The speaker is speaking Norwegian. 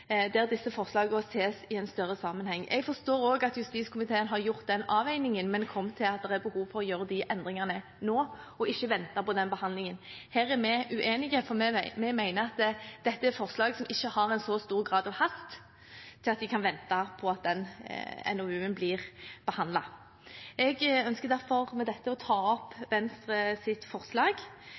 der disse forslagene ses i en større sammenheng. Jeg forstår at justiskomiteen har gjort den avveiningen, men er kommet til at det er behov for å gjøre de endringene nå, og ikke vente på den behandlingen. Her er vi uenige, for vi mener at dette er forslag som det ikke haster slik med, og at en kan vente på at NOUen blir behandlet. Jeg ønsker derfor med dette å ta opp Venstres forslag. Subsidiært vil vi stemme for komiteens innstilling til B, I–III. Når det gjelder Senterpartiets forslag,